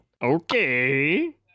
okay